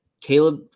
Caleb –